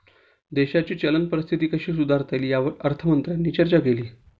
देशाची चलन परिस्थिती कशी सुधारता येईल, यावर अर्थमंत्र्यांनी चर्चा केली